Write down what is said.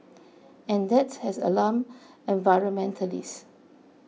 and that has alarmed environmentalists